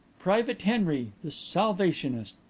private henry, the salvationist.